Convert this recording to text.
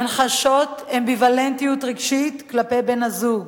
הן חשות אמביוולנטיות רגשית כלפי בן-הזוג,